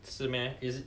是 meh is it